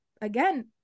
again